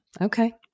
Okay